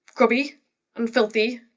grubby and filthy,